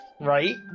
Right